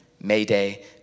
mayday